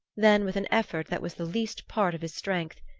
then, with an effort that was the least part of his strength,